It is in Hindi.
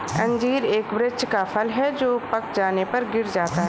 अंजीर एक वृक्ष का फल है जो पक जाने पर गिर जाता है